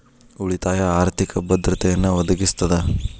ಉಳಿತಾಯ ಆರ್ಥಿಕ ಭದ್ರತೆಯನ್ನ ಒದಗಿಸ್ತದ